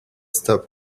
stop